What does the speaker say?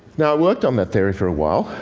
now, i worked on that theory for a while,